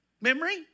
memory